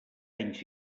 anys